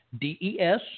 d-e-s